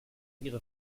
ihre